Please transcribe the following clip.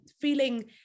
feeling